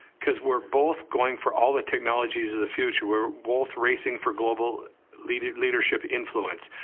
cause we're both going for all the technologies of the future. we're both racing for global leadership leadership influence.